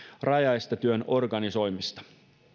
rajaestetyön organisoimista